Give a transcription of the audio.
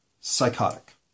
psychotic